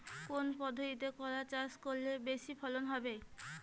কোন পদ্ধতিতে করলা চাষ করলে বেশি ফলন হবে?